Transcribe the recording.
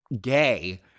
gay